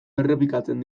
errepikatzen